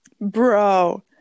Bro